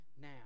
now